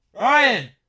Ryan